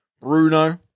Bruno